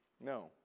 No